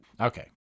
Okay